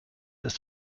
ist